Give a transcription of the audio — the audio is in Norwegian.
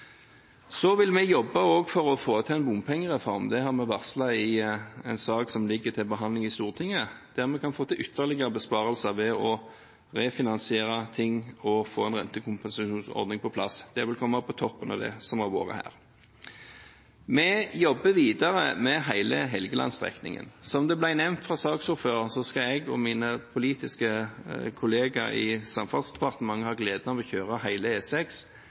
Så vil vi også jobbe for å få til en bompengereform. Det har vi varslet i en sak som ligger til behandling i Stortinget, der vi kan få til ytterligere besparelser ved å refinansiere ting og få en rentekompensasjonsordning på plass. Det vil komme på toppen av det som har vært her. Vi jobber videre med hele Helgeland-strekningen. Som det ble nevnt fra saksordføreren, skal jeg og mine politiske kolleger i Samferdselsdepartementet ha gleden av å kjøre hele